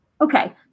okay